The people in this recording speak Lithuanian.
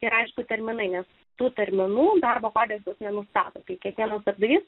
ir aišku terminai nes tų terminų darbo kodeksas nenustato tai kiekvieno kardais